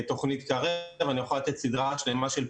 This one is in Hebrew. תוכנית קרב אני יכול להציג סדרה שלמה של פעילויות.